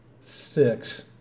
six